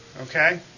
Okay